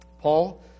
Paul